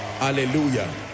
Hallelujah